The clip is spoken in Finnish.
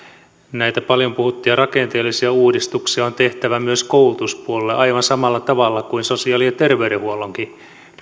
näitä paljon puhuttuja rakenteellisia uudistuksia on tehtävä myös koulutuspuolella aivan samalla tavalla kuin sosiaali ja terveydenhuollonkin